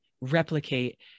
replicate